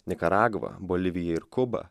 nikaragva bolivija ir kuba